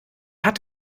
hat